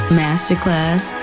masterclass